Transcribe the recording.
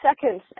seconds